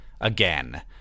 again